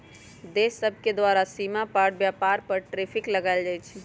देश सभके द्वारा सीमा पार व्यापार पर टैरिफ लगायल जाइ छइ